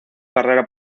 carrera